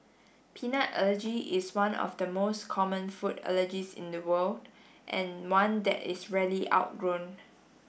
peanut allergy is one of the most common food allergies in the world and one that is rarely outgrown